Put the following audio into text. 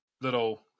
little